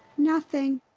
nothing.